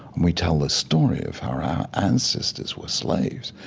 and we tell the story of how our ancestors were slaves,